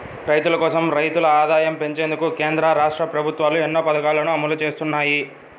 రైతుల కోసం, రైతుల ఆదాయం పెంచేందుకు కేంద్ర, రాష్ట్ర ప్రభుత్వాలు ఎన్నో పథకాలను అమలు చేస్తున్నాయి